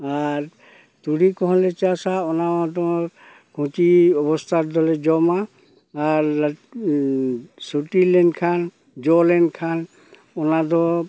ᱟᱨ ᱛᱩᱲᱤ ᱠᱚᱦᱚᱸᱞᱮ ᱪᱟᱥᱟ ᱚᱱᱟ ᱫᱚ ᱠᱩᱪᱤ ᱚᱵᱚᱥᱛᱟ ᱨᱮᱫᱚ ᱞᱮ ᱡᱚᱢᱟ ᱟᱨ ᱞᱟᱹᱴᱩ ᱥᱩᱴᱤ ᱞᱮᱱᱠᱷᱟᱱ ᱡᱚ ᱞᱮᱱᱠᱷᱟᱱ ᱚᱱᱟ ᱫᱚ